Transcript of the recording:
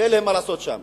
ואין להם מה לעשות שם.